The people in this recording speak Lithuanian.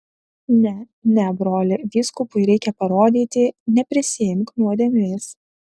ne ne broli vyskupui reikia parodyti neprisiimk nuodėmės